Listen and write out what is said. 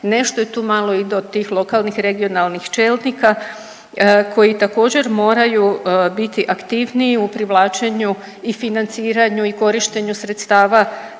nešto je tu malo i do tih lokalnih, regionalnih čelnika koji također moraju biti aktivniji u privlačenju i financiranju i korištenju sredstava